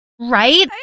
Right